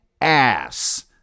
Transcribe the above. ass